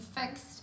fixed